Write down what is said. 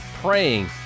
praying